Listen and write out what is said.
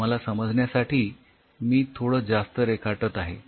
तुम्हाला समजण्यासाठी मी थोडं जास्त रेखाटत आहे